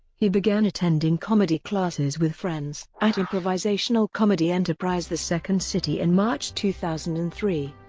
he began attending comedy classes with friends at improvisational comedy enterprise the second city in march two thousand and three.